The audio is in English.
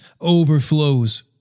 overflows